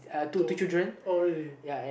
to oh really